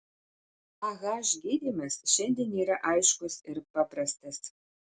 ah gydymas šiandien yra aiškus ir paprastas